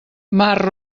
mar